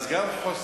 אז גם חוסכים,